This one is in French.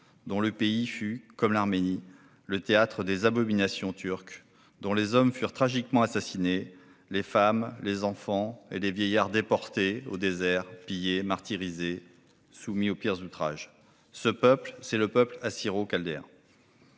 dont le pays fut, comme l'Arménie, le théâtre des abominations turques dont les hommes furent tragiquement assassinés, les femmes, les enfants et les vieillards déportés au désert, pillés, martyrisés, soumis aux pires outrages. Ce peuple, c'est le peuple assyro-chaldéen.